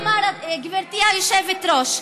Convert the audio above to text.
כלומר, גברתי היושבת-ראש,